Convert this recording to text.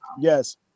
Yes